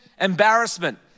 embarrassment